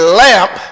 lamp